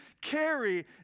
carry